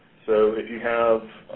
so if you have